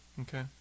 okay